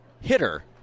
hitter